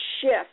shift